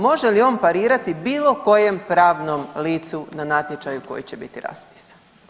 Može li on parirati bilo kojem pravnom licu na natječaju koji će biti raspisan?